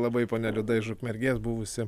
labai ponia liuda iš ukmergės buvusi